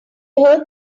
heard